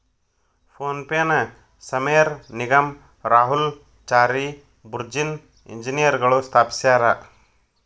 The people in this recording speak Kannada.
ಫೋನ್ ಪೆನ ಸಮೇರ್ ನಿಗಮ್ ರಾಹುಲ್ ಚಾರಿ ಬುರ್ಜಿನ್ ಇಂಜಿನಿಯರ್ಗಳು ಸ್ಥಾಪಿಸ್ಯರಾ